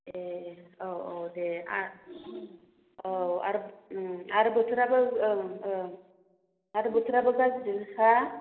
ए औ औ दे आ औ आर आरो बोथोराबो ओं ओं आरो बोथोराबो गाज्रि हा